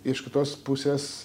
iš kitos pusės